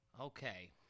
Okay